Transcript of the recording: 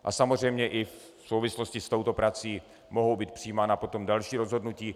A samozřejmě i v souvislosti s touto prací mohou být přijímána potom další rozhodnutí.